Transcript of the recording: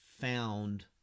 found